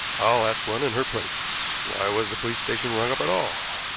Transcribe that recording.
i'll ask one in her place. why was the police station rung up at all?